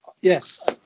yes